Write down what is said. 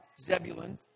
Zebulun